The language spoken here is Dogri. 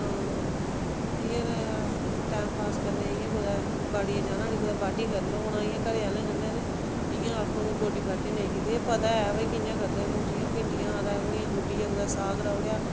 इयां ते टाइम पास करने गी इयां कुते बाड़िये जाना उठी कुते बाह्ड्डी करन लगी पौना इयां घरें आह्लें कन्नै ते इयां आक्खो ते गोड्डी गाड्डी नेई कीती ते पता ऐ भाई कियां करदे हुन जियां भिंडियां रांऊ उड़ियां गुड्डिये कुतै साग राऊ उड़ेया